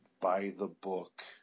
by-the-book